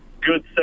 good